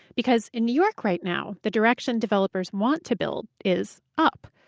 because in new york right now, the direction developers want to build is up.